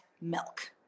milk